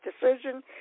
decision